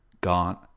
Gaunt